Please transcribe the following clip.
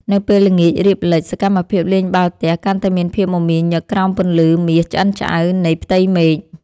នៅពេលល្ងាចរៀបលិច សកម្មភាពលេងបាល់ទះកាន់តែមានភាពមមាញឹកក្រោមពន្លឺមាសឆ្អិនឆ្អៅនៃផ្ទៃមេឃ។